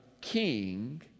King